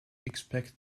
expect